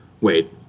Wait